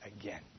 again